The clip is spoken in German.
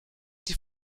die